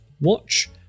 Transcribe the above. watch